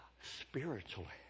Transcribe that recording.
spiritually